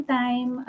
time